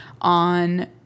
on